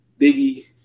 Biggie